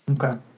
okay